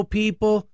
people